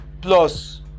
plus